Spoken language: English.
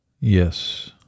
Yes